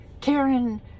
Karen